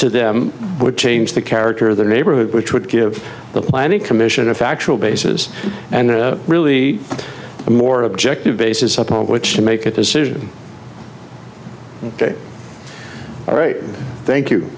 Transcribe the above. to them would change the character of the neighborhood which would give the planning commission a factual basis and really a more objective basis upon which to make a decision all right thank you